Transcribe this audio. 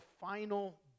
final